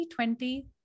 2020